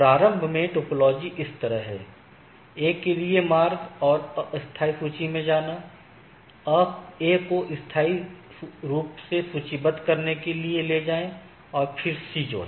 प्रारंभ में टोपोलॉजी इस तरह है A के लिए मार्ग और अस्थायी सूची में जाना A को स्थायी रूप से सूचीबद्ध करने के लिए ले जाएँ और फिर C जोड़ें